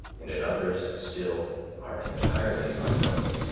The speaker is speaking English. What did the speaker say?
and in others still are entirely unknown.